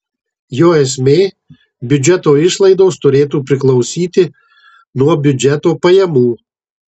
jo esmė biudžeto išlaidos turėtų priklausyti nuo biudžeto pajamų